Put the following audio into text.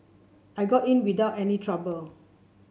I got in without any trouble